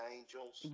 Angels